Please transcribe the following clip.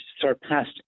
surpassed